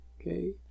okay